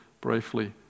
briefly